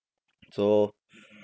so